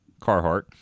carhartt